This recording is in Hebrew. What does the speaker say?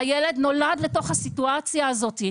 הילד נולד לתוך הסיטואציה הזאת.